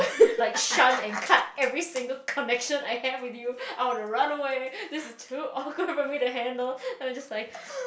like shun and cut every single connection I have with you I will run away this is too awkward for me to handle then I'm just like